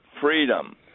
freedom